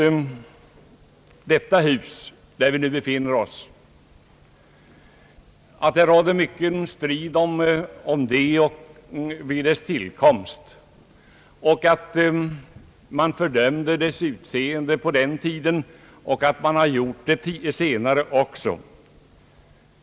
Det hus där vi nu befinner oss vållade mycken strid vid dess tillkomst. Många fördömde på den tiden dess utseende, och negativa omdömen har fällts även senare.